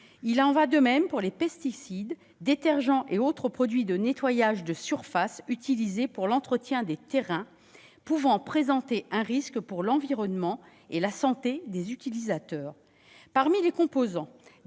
Il en va de même pour les pesticides, détergents et autres produits de nettoyage de surface utilisés pour l'entretien des terrains, qui peuvent présenter un risque pour l'environnement et la santé des utilisateurs. Parmi les composants